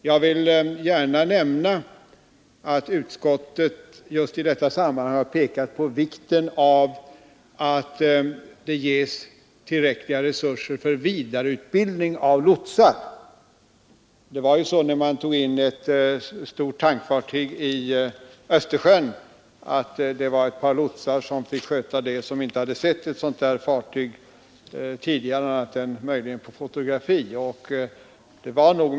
Jag vill gärna nämna att utskottet i just detta sammanhang pekat på vikten av att tillräckliga resurser beviljas för vidareutbildning av lotsar. När vid ett tillfälle ett stort tankfartyg togs in i Östersjön, hände det att ett par lotsar, som aldrig tidigare sett ett sådant fartyg annat än på fotografi, fick lotsuppdraget.